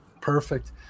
perfect